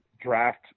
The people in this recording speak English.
draft